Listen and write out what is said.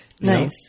Nice